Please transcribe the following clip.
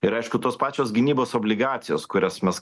ir aišku tos pačios gynybos obligacijos kurias mes